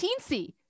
teensy